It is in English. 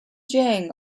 jiang